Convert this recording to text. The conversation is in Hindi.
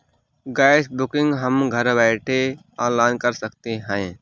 गैस बुकिंग हम घर बैठे ऑनलाइन कर सकते है